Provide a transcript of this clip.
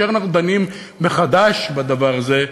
אני אומר שכאשר אנחנו דנים מחדש בדבר הזה,